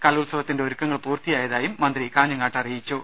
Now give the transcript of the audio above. കലോത്സവത്തിന്റെ ഒരുക്കങ്ങൾ പൂർത്തിയായതായും മന്ത്രി അറിയിച്ചു